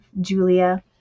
Julia